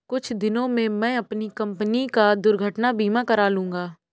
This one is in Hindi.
कुछ दिनों में मैं अपनी कंपनी का दुर्घटना बीमा करा लूंगा